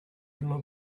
middle